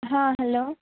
హ హలో